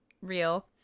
real